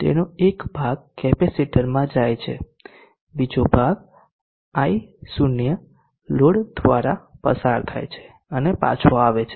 તેનો એક ભાગ કેપેસિટરમાં જાય છે બીજો ભાગ I0 લોડ દ્વારા પસાર થાય છે અને પાછો આવે છે